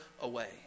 away